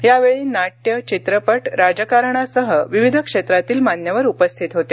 यावेळी नाट्य चित्रपट राजकारणासह विविध क्षेत्रातील मान्यवर उपस्थित होते